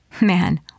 Man